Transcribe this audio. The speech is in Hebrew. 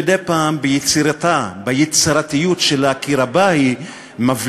שמדי פעם ביצירתיות שלה כי רבה היא מבליחה